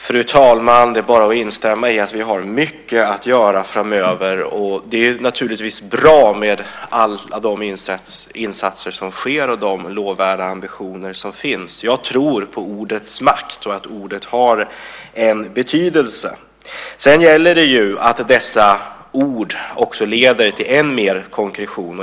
Fru talman! Det är bara att instämma i att vi har mycket att göra framöver, och det är naturligtvis bra med alla de insatser som görs och de lovvärda ambitioner som finns. Jag tror på ordets makt och att ordet har betydelse. Sedan gäller det att se till att dessa ord också leder till än mer konkretion.